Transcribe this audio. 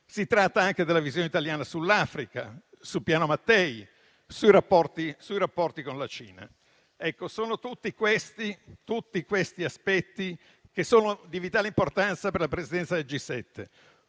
Si tratta anche della visione italiana sull'Africa, sul piano Mattei, sui rapporti con la Cina: tutti aspetti di vitale importanza per la presidenza del G7.